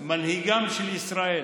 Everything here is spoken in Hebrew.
מנהיגם של ישראל,